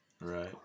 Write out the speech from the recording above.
Right